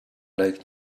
like